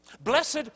blessed